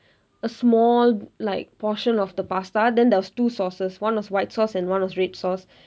a small like portion of the pasta then there was two sauces one was white sauce and one was red sauce